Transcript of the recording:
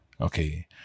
okay